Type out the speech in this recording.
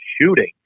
shooting